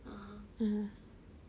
mm